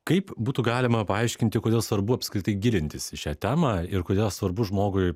kaip būtų galima paaiškinti kodėl svarbu apskritai gilintis į šią temą ir kodėl svarbu žmogui